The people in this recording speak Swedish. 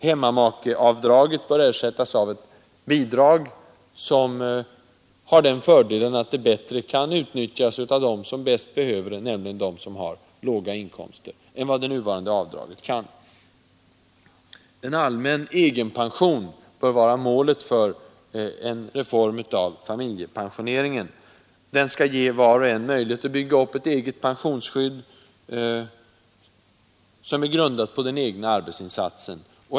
Hemmamakeavdraget bör ersättas av ett bidrag, som har den fördelen att det lättare än det nuvarande avdraget kan utnyttjas av dem som bäst behöver det, nämligen de som har låga inkomster. En allmän egenpension bör vara målet för en reform av familjepensioneringen. Den skall ge var och en möjlighet att bygga upp ett eget pensionsskydd, som är grundat på den egna arbetsinsatsen.